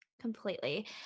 Completely